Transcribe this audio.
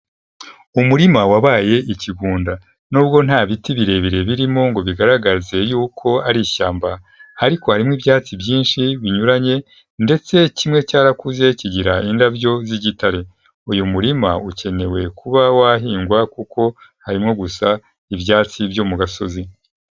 Umurima wabaye ikigunda nubwo nta biti birebire birimo ngo bigaragaze yuko ari ishyamba, ariko harimo ibyatsi byinshi binyuranye ndetse kimwe cyarakuze kigira indabyo z'igitare, uyu murima ukenewe kuba wahingwa kuko harimo gusa ibyatsi byo mu gasozi.